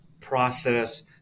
process